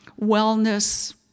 wellness